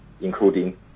including